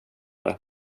det